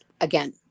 again